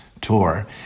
Tour